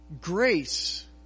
Grace